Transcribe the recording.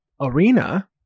arena